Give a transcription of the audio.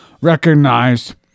recognized